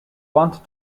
wanted